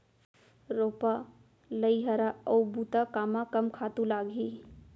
रोपा, लइहरा अऊ बुता कामा कम खातू लागही?